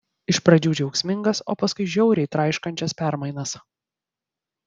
iš pradžių džiaugsmingas o paskui žiauriai traiškančias permainas